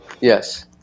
yes